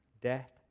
death